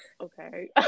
okay